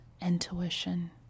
intuition